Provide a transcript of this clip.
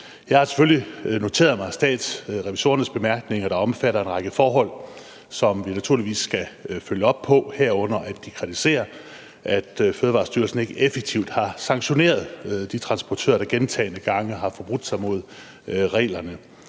noteret mig Statsrevisorernes bemærkninger, der omfatter en række forhold, som vi naturligvis skal følge op på, herunder at de kritiserer, at Fødevarestyrelsen ikke effektivt har sanktioneret de transportører, der gentagne gange har forbrudt sig mod reglerne.